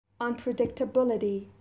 Unpredictability